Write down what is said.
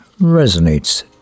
resonates